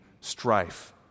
strife